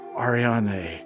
Ariane